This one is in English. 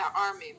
army